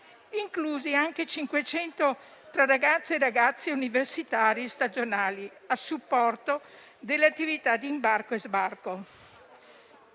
inclusi anche 500 tra ragazze e ragazzi universitari stagionali a supporto delle attività di imbarco e sbarco.